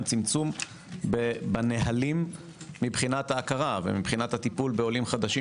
צמצום בנהלים מבחינת ההכרה ומבחינת הטיפול בעולים חדשים